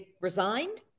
resigned